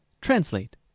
Translate